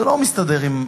זה לא מסתדר עם,